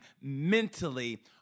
mentally